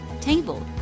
table